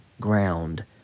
ground